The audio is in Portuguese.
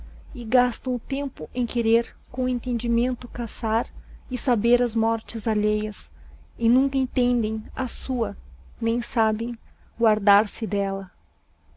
gasíão o tempo em querer com o entendimento caçar e saber as mortes alheias e nunca entendem a sua nem sabem guardar-se delia